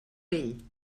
vell